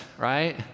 Right